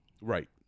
Right